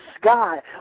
sky